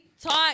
Talk